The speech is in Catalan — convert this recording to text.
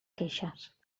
queixes